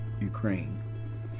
Ukraine